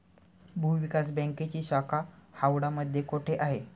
भूविकास बँकेची शाखा हावडा मध्ये कोठे आहे?